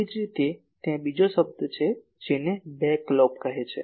એ જ રીતે ત્યાં બીજો શબ્દ છે જેને બેક લોબ કહે છે